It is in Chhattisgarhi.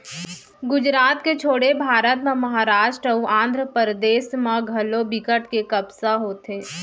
गुजरात के छोड़े भारत म महारास्ट अउ आंध्रपरदेस म घलौ बिकट के कपसा होथे